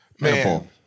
Man